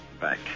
back